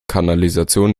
kanalisation